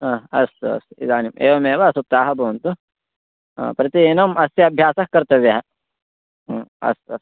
हा अस्तु अस्तु इदानीम् एवमेव सुप्ताः भवन्तु प्रतिदिनं अस्य अभ्यासः कर्तव्यः ह्म् अस्तु अस्तु